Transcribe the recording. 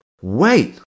wait